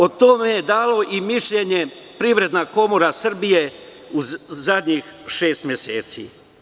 O tome je dala mišljenje i Privredna komora Srbije u zadnjim šest meseci.